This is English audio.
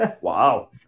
Wow